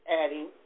adding